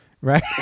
Right